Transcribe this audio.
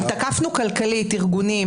כי תקפנו כלכלית ארגונים